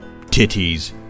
titties